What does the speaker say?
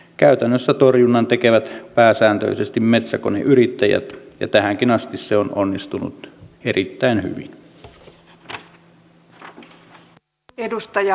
käytännössä torjunnan tekevät pääsääntöisesti metsäkoneyrittäjät ja tähänkin asti se on onnistunut erittäin hyvin